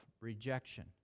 rejection